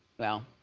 well.